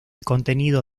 contenido